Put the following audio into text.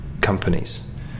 companies